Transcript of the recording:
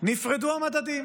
נפרדו המדדים: